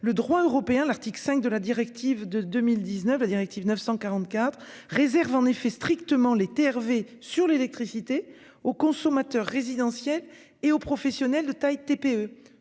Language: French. le droit européen. L'article 5 de la directive de 2019, la directive 944 réserve en effet strictement les TRV sur l'électricité aux consommateurs résidentiels et aux professionnels de taille TPE.